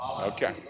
Okay